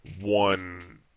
one